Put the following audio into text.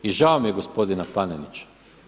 I žao mi je gospodina Panenića.